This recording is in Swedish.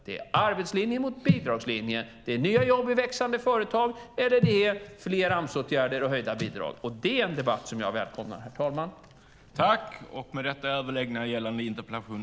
Det är arbetslinje mot bidragslinje. Det är mer jobb i växande företag eller fler Amsåtgärder och höjda bidrag. Det är en debatt som jag välkomnar, herr talman.